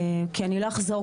כי אני לא אחזור,